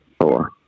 Four